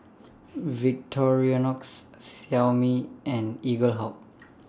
Victorinox Xiaomi and Eaglehawk